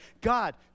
God